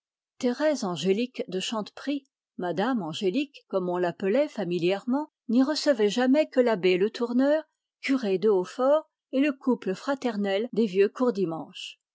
principales thérèse angélique de chanteprie mme angélique comme on l'appelait familièrement n'y recevait jamais que l'abbé le tourneur curé de hautfort et le couple fraternel des vieux courdimanche